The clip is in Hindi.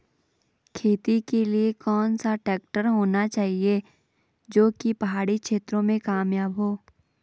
खेती के लिए कौन सा ट्रैक्टर होना चाहिए जो की पहाड़ी क्षेत्रों में कामयाब हो?